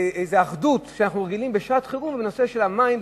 לאיזו אחדות שאנחנו רגילים לה בשעת חירום בנושא של המים,